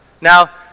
Now